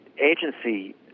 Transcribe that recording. agency